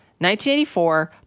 1984